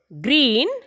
green